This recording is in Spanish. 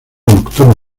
nocturno